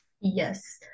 Yes